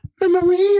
memories